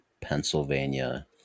Pennsylvania